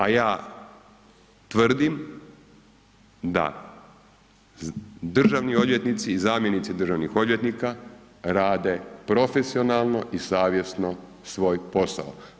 A ja tvrdim da državni odvjetnici i zamjenici državnih odvjetnika rade profesionalno i savjesno svoj posao.